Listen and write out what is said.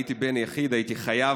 הייתי בן יחיד, והייתי חייב,